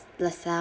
lasalle